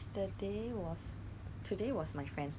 !wah! 我我在睡觉的时候